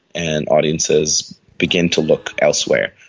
and audiences begin to look elsewhere,